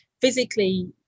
Physically